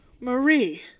Marie